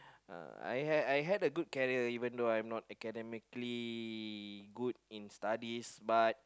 uh I I had a good career even though I'm not academically good in studies but